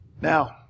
Now